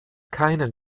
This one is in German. keinen